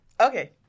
Okay